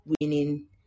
winning